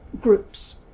groups